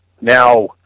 now